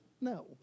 No